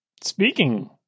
speaking